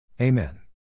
Amen